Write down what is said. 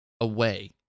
away